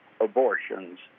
abortions